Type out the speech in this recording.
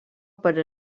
per